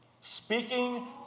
Speaking